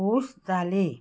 खूश जाले